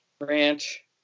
Ranch